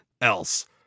else